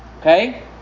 Okay